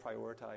prioritize